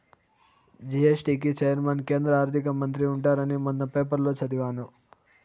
GST కి chairman కేంద్ర ఆర్థిక మంత్రి ఉంటారని మొన్న పేపర్లో చదివాను